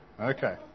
Okay